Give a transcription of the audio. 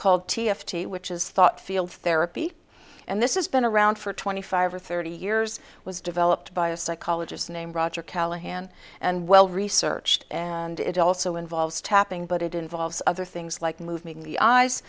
called t f t which is thought field therapy and this is been around for twenty five or thirty years was developed by a psychologist named roger callahan and well researched and it also involves tapping but it involves other things like moving the eyes